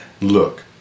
Look